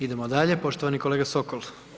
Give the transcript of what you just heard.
Idemo dalje, poštovani kolega Sokol.